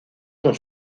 con